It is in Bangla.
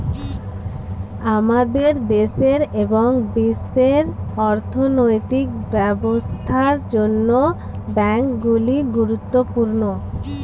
আমাদের দেশের এবং বিশ্বের অর্থনৈতিক ব্যবস্থার জন্য ব্যাংকগুলি গুরুত্বপূর্ণ